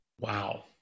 Wow